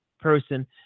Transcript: person